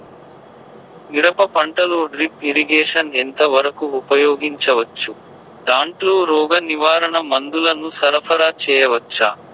మిరప పంటలో drip irrigation ఎంత వరకు ఉపయోగించవచ్చు, దాంట్లో రోగ నివారణ మందుల ను సరఫరా చేయవచ్చా?